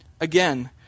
again